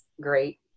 great